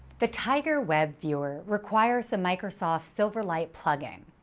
the tigerweb viewer requires the microsoft silverlight plug-in.